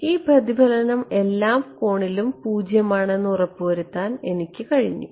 ഈ പ്രതിഫലനം എല്ലാ കോണിലും 0 ആണെന്ന് ഉറപ്പുവരുത്താൻ എനിക്ക് കഴിഞ്ഞു